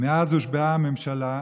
מאז הושבעה הממשלה,